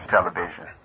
Television